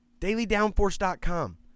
DailyDownForce.com